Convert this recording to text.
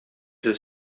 suoi